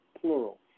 plural